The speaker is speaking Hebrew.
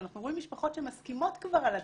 ואנחנו רואים משפחות שמסכימות כבר על הדברים,